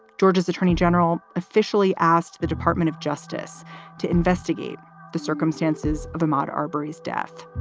georgia's attorney general officially asked the department of justice to investigate the circumstances of a marbury's death.